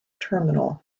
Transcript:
terminal